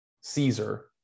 Caesar